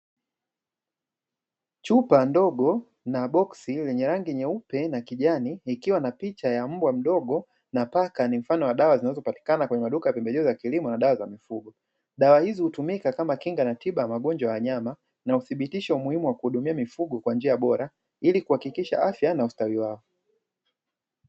Chupa ndogo na boksi lenye rangi nyeupe na kijani likiwa na picha ya mbwa mdogo na paka ni mfano wa dawa zinazopatikana kwenye maduka ya pembejeo za kilimo na dawa za mifugo, dawa hizi hutumika kama kinga na tiba ya magonjwa ya wanyama na uthibitisho muhimu wa kuhudumia mifugo kwa njia bora ili kuhakikisha afya na ustawi wao.